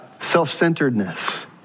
Self-centeredness